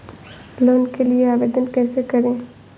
Loan के लिए आवेदन कैसे करें?